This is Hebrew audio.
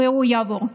והוא יעבור.